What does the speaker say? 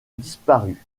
disparu